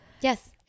yes